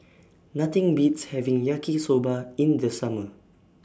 Nothing Beats having Yaki Soba in The Summer